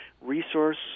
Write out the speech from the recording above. resource